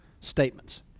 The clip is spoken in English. statements